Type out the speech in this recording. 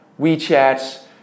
WeChat